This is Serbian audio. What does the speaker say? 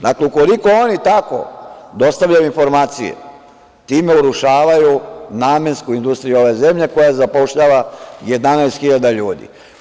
Dakle, ukoliko oni tako dostavljaju informacije, time urušavaju namensku industriju ove zemlje, koja zapošljava 11 hiljada ljudi.